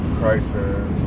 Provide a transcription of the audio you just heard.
crisis